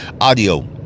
audio